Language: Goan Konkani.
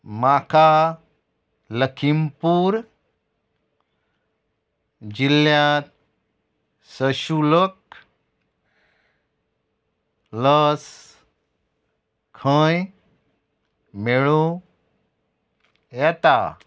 म्हाका लखीमपूर जिल्ल्यांत सशुल्क लस खंय मेळूं येता